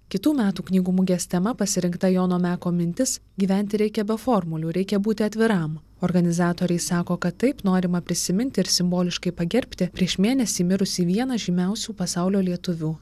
kitų metų knygų mugės tema pasirinkta jono meko mintis gyventi reikia be formulių reikia būti atviram organizatoriai sako kad taip norima prisiminti ir simboliškai pagerbti prieš mėnesį mirusį vieną žymiausių pasaulio lietuvių